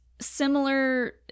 similar